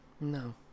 No